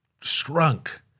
shrunk